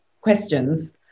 questions